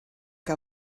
què